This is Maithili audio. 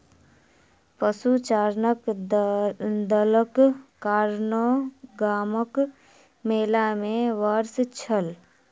पशुचारणक दलक कारणेँ गामक मेला में हर्ष छल